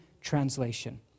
Translation